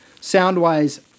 Sound-wise